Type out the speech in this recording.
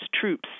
troops